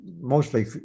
mostly